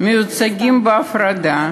המצויים בהפרדה,